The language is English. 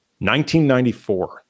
1994